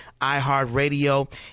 iHeartRadio